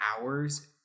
hours